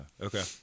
Okay